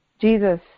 Jesus